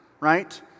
right